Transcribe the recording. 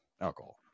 alcohol